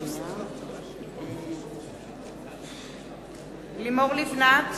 (קוראת בשמות חברי הכנסת) לימור לבנת,